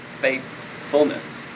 faithfulness